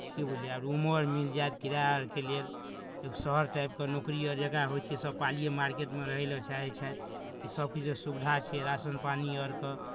की बुझलियै आ रूमो आर मिल जायत किराया आरके लेल एक शहर टाइपके नौकरी आर जकरा होइत छै सभ पालीए मार्केटमे रहय लेल चाहैत छथि कि सभकिछुके सुविधा छै राशन पानी आरके